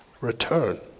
Return